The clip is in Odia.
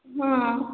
ହୁଁ